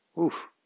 Oof